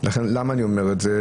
למה אני אומר את זה?